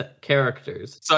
characters